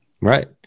right